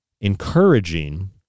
encouraging